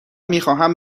میخواهم